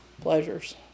pleasures